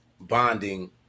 bonding